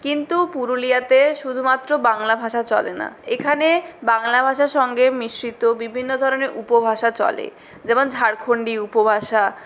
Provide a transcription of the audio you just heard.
কিন্তু পুরুলিয়াতে শুধুমাত্র বাংলা ভাষা চলে না এখানে বাংলা ভাষার সঙ্গে মিশ্রিত বিভিন্ন ধরনের উপভাষা চলে যেমন ঝাড়খণ্ডী উপভাষা